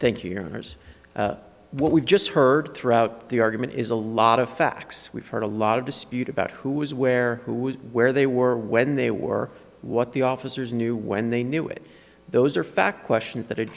thank you no there's what we've just heard throughout the argument is a lot of facts we've heard a lot of dispute about who was where who was where they were when they were what the officers knew when they knew it those are fact questions that